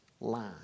line